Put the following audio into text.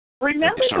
Remember